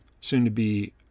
soon-to-be